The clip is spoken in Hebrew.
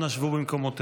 אנא שבו במקומותיכם.